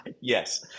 Yes